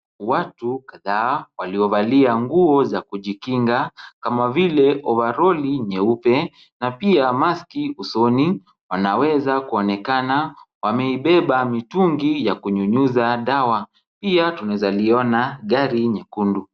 Watu kadhaa waiovalia nguo za kujikinga kama vile ovaroli nyeupe na pia maski usoni, wanaweza kuonekana wameibeba mitungi ya kunyunyuza dawa. Pia tunaeza liona gari nyekundu.